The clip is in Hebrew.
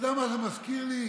אתה יודע מה זה מזכיר לי?